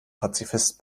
pazifist